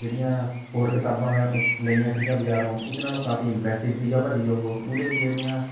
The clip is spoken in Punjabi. ਜਿਹੜੀਆਂ ਹੋਰ ਕਿਤਾਬਾਂ ਮੈਂ ਲਈਆਂ ਸੀਗੀਆਂ ਬਜ਼ਾਰੋਂ ਉਹਦੇ ਨਾਲੋਂ ਕਾਫ਼ੀ ਇਮਪਰੈਸਿਵ ਸੀਗਾ ਭਾਅ ਜੀ ਉਹ ਉਹਦੇ ਵਿੱਚ ਜਿਹੜੀਆਂ